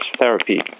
therapy